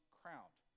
crowned